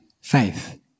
faith